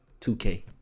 2K